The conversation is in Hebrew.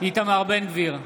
איתמר בן גביר,